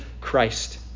Christ